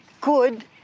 good